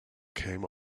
came